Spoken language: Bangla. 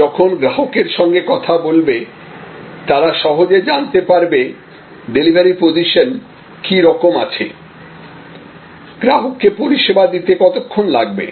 যখন গ্রাহকের সঙ্গে কথা বলবে তারা সহজে জানতে পারে ডেলিভারি পজিশন কি রকম আছে গ্রাহককে পরিষেবা দিতে কতক্ষণ লাগবে